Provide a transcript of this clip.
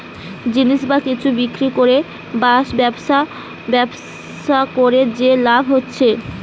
জিনিস বা কিছু বিক্রি করে বা ব্যবসা করে যে লাভ হতিছে